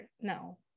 no